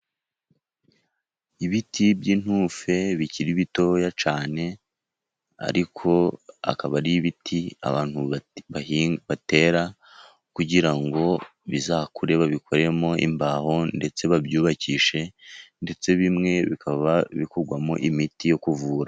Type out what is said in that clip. Ibiti by'intufe bikiri bitoya cyane, ariko akaba ari ibiti abantu batera kugira ngo bizakure babikoremo imbaho, ndetse babyubakishe, ndetse bimwe bikaba bikurwamo imiti yo kuvura.